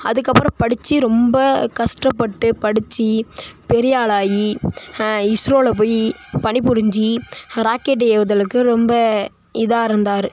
அதுக்கப்புறம் படித்து ரொம்ப கஷ்டப்பட்டு படித்து பெரியாளாகி இஸ்ரோவில் போய் பணி புரிந்து ராக்கெட் ஏவுதலுக்கு ரொம்ப இதாக இருந்தார்